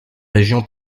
région